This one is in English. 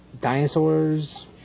Dinosaurs